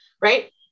Right